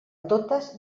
totes